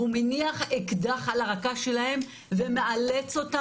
הוא מניח אקדח על הרקה שלהם ומאלץ אותם,